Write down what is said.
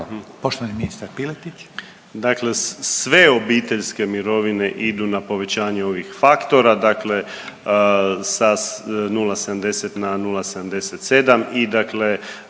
Poštovani ministar Piletić.